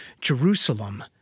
Jerusalem